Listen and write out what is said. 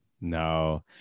no